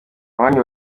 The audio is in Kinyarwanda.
iwanyu